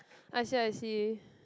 I see I see